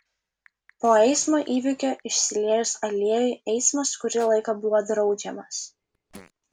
po eismo įvykio išsiliejus aliejui eismas kurį laiką buvo draudžiamas